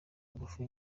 ingufu